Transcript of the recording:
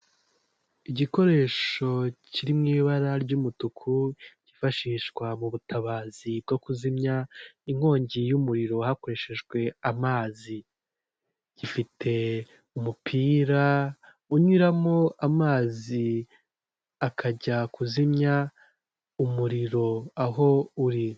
Igikoresho kiri mu ibara ry'umutuku, cyifashishwa mu butabazi bwo kuzimya inkongi y'umuriro hakoreshejwe amazi, gifite umupira unyuramo amazi, akajya kuzimya umuriro aho uri.